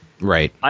Right